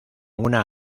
una